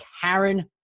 Karen